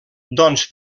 doncs